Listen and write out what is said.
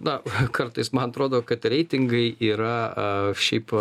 na kartais man atrodo kad reitingai yra šiaip